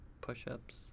push-ups